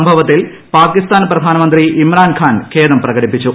സംഭവത്തിൽ പാകിസ്ഥാൻ പ്രധാനമന്ത്രി ഇമ്രാൻഖാൻ ഖേദം പ്രകടിപ്പിച്ചു